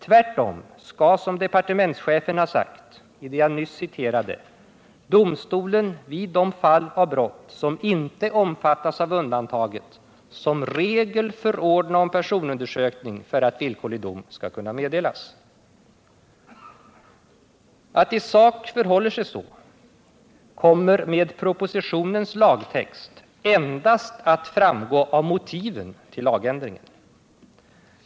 Tvärtom skall, som departementschefen sagt i det jag nyss citerade, domstol vid de fall av brott som inte omfattas av undantaget som regel förordna om personundersökning för att villkorlig dom skall kunna meddelas. Att det i sak förhåller sig så kommer med propositionens lagtext endast att framgå av motiven till lagändringen.